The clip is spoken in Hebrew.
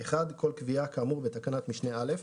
כל קביעה כאמור בתקנת משנה (א).